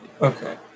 Okay